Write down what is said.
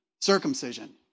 Circumcision